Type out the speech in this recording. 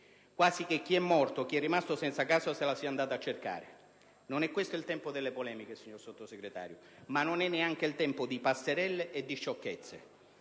quasi che chi è morto o chi è rimasto senza casa se la sia andata a cercare. Non è questo il tempo delle polemiche, ma non è neanche tempo di passerelle e di sciocchezze.